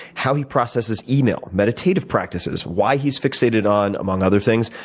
how he processes email, meditative practices, why he's fixated on, among other things,